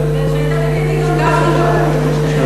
את המשא-ומתן.